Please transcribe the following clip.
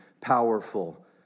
powerful